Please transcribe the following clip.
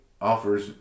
offers